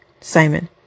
Simon